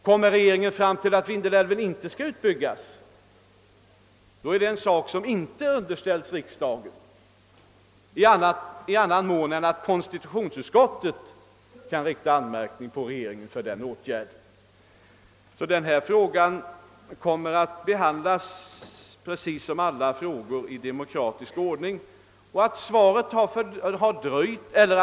Kommer regeringen däremot fram till att Vindelälven inte skall utbyggas, så är det en sak som inte underställes riksdagen — i annan mån än att konstitutionsutskottet kan rikta anmärkning mot regeringen härför. Denna fråga kommer sålunda att behandlas i demokratisk ordning precis som alla andra.